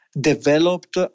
developed